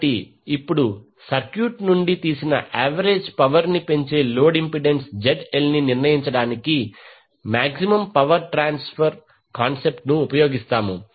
కాబట్టి ఇప్పుడు సర్క్యూట్ నుండి తీసిన యావరేజ్ పవర్ ని పెంచే లోడ్ ఇంపెడెన్స్ ZL ని నిర్ణయించడానికి మాక్సిమం పవర్ ట్రాన్స్ఫర్ కాన్సెప్ట్ ను ఉపయోగిస్తాము